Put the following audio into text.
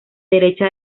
derecha